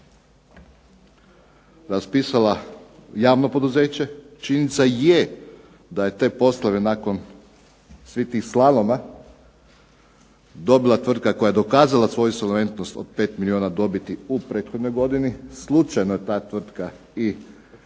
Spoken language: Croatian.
raspisalo javno poduzeće, činjenica je da je te poslove nakon svih tih slaloma dobila tvrtka koja je dokazala svoju solventnost od 5 milijuna dobiti u prethodnoj godini, slučajno je ta tvrtka i